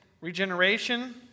regeneration